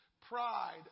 Pride